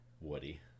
Woody